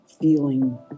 feeling